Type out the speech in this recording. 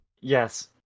Yes